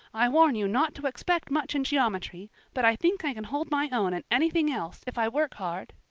i warn you not to expect much in geometry, but i think i can hold my own in anything else if i work hard.